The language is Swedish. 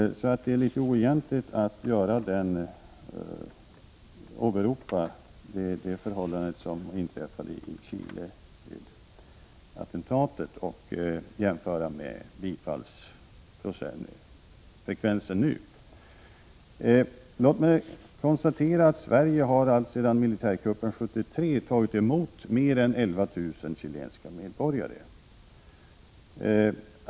Det är litet oegentligt att åberopa förhållandena i Chile efter attentatet och sätta dem i samband med procenten asylansökningar som bifalls nu. Låt mig konstatera att Sverige alltsedan militärkuppen 1973 har tagit emot mer än 11 000 chilenska medborgare.